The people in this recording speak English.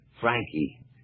Frankie